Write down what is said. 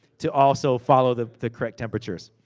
to also follow the the correct temperatures.